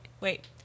Wait